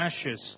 ashes